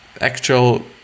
actual